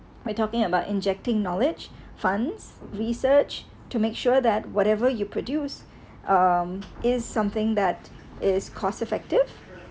we're talking about injecting knowledge funds research to make sure that whatever you produce um is something that is cost effective